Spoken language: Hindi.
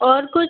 और कुछ